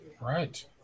right